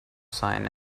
sign